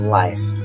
life